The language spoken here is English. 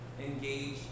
engage